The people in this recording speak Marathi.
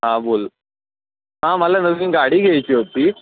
हां बोल हां मला नवीन गाडी घ्यायची होती